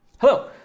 Hello